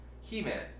He-Man